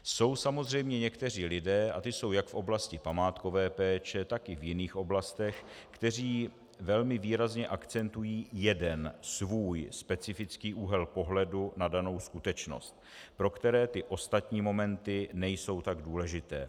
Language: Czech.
Jsou samozřejmě někteří lidé, a ti jsou jak v oblasti památkové péče, tak i v jiných oblastech, kteří velmi výrazně akcentují jeden svůj specifický úhel pohledu na danou skutečnost, pro které ty ostatní momenty nejsou tak důležité.